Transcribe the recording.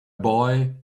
boy